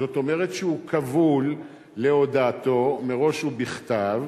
זאת אומרת שהוא כבול להודעתו מראש ובכתב.